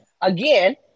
again